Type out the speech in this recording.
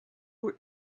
were